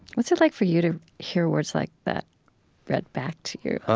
what's it like for you to hear words like that read back to you?